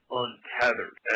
untethered